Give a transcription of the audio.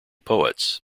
poets